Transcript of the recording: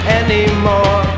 anymore